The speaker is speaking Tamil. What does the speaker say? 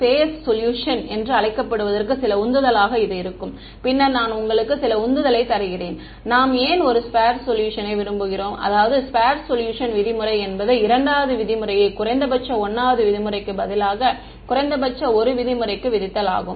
ஸ்பெர்ஸ் சொல்யூஷன் என்று அழைக்கப்படுவதற்கு சில உந்துதலாக இது இருக்கும் பின்னர் நான் உங்களுக்கு சில உந்துதலை தருகிறேன் நாம் ஏன் ஒரு ஸ்பெர்ஸ் சொல்யூஷனை விரும்புகிறோம் அதாவது ஸ்பெர்ஸ் சொல்யூஷன் விதிமுறை என்பது 2 வது விதிமுறையை குறைந்தபட்ச 1 வது விதிமுறைக்கு பதிலாக குறைந்தபட்ச 1 விதிமுறைக்கு விதித்தல் ஆகும்